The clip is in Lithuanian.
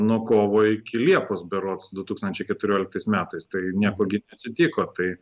nuo kovo iki liepos berods du tūkstančiai keturioliktais metais tai nieko gi atsitiko tai